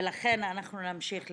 ולכן אנחנו נמשיך לדבר.